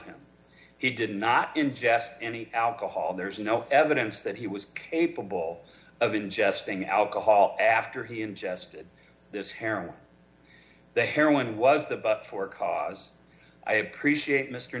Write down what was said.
him he did not ingest any alcohol there's no evidence that he was capable of ingesting alcohol after he ingested this heroin the heroin was the but for cause i appreciate mr